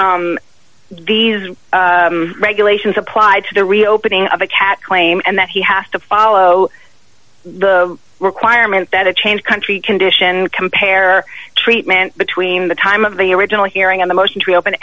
these regulations apply to the reopening of a cat claim and that he has to follow the requirement that a change country conditions and compare treatment between the time of the original hearing on the motion to open